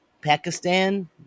Pakistan